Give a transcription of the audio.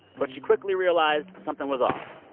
but she quickly realized something was off.